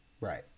Right